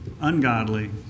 ungodly